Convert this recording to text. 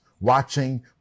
watching